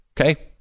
Okay